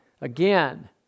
Again